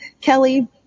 Kelly